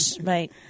Right